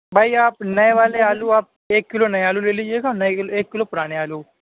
بھائی آپ نئے والے آلو آپ ایک کلو نیا آلو لے لیجیے گا نئے ایک کلو پرانے آلو